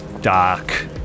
dark